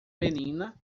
menina